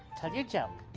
tell your joke.